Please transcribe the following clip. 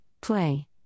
Play